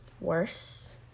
worse